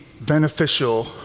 beneficial